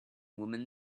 women